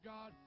God